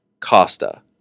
Costa